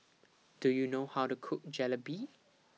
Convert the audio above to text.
Do YOU know How to Cook Jalebi